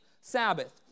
Sabbath